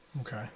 Okay